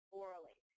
orally